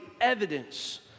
evidence